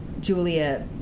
Julia